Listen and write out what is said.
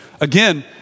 Again